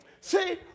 See